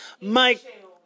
Mike